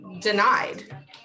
Denied